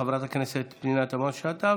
חברת הכנסת פנינה תמנו שטה,